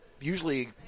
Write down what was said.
Usually